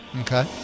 Okay